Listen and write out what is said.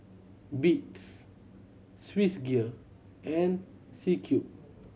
Beats Swissgear and C Cube